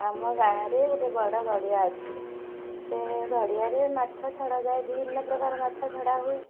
ଆମ ଗାଁରେ ଗୋଟେ ବଡ଼ ଗାଡ଼ିଆ ଅଛି ସେ ଗାଡ଼ିଆରେ ମାଛ ଛଡ଼ାଯାଏ ବିଭିନ୍ନ ପ୍ରକାର ମାଛ ଛଡ଼ା ହୁଏ